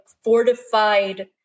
fortified